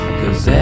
cause